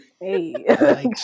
Hey